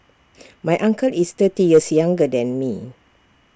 my uncle is thirty years younger than me